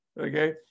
Okay